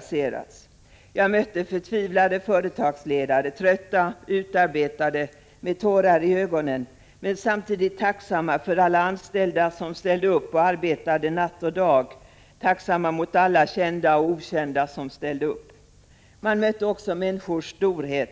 för att Jag mötte förtvivlade företagsledare, trötta, utarbetade och med tårar i EE ögonen men samtidigt tacksamma mot alla anställda som ställde upp och NE 882 dammkatastrofer arbetade dag och natt, tacksamma mot alla — kända och okända — som ställde upp. Man mötte också människors storhet.